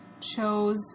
chose